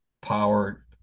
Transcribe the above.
powered